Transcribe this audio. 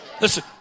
Listen